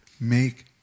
make